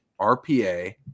RPA